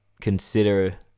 consider